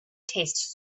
taste